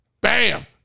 bam